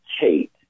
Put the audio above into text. hate